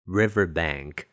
riverbank